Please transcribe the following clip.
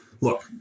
look